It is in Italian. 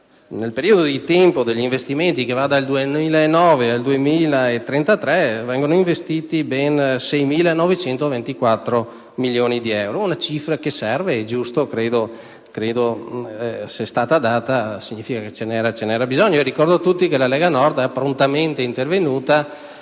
nel periodo di tempo che va dal 2009 al 2033 saranno investiti ben 6.924 milioni di euro. Una cifra che serve; se è stata data, significa che ce n'era bisogno. Ricordo a tutti che la Lega Nord è prontamente intervenuta,